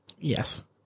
Yes